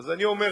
אז אני אומר,